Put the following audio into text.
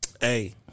Hey